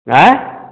अएँ